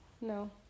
No